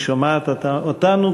אנחנו נמתין,